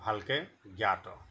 ভালকৈ জ্ঞাত